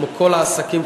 כמו כל העסקים,